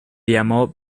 llamó